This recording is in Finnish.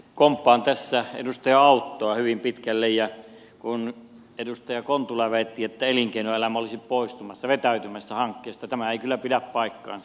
komppaan tässä edustaja auttoa hyvin pitkälle ja kun edustaja kontula väitti että elinkeinoelämä olisi poistumassa vetäytymässä hankkeesta tämä ei kyllä pidä paikkaansa